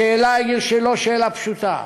השאלה היא לא שאלה פשוטה.